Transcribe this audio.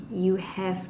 you have